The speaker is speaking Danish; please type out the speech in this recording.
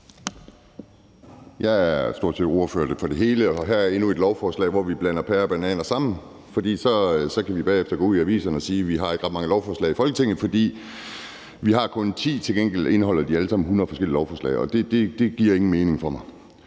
Jeg er stort set ordfører for det hele, og her er endnu et lovforslag, hvor vi blander pærer og bananer sammen, for så kan vi bagefter gå ud i aviserne og sige, at vi ikke har ret mange lovforslag i Folketinget, for vi kun har 10. Til gengæld indeholder de alle sammen 100 forskellige lovforslag, og det giver ingen mening for mig.